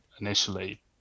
initially